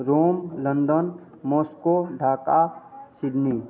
Rome London Moscow Dhaka Sydney